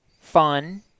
fun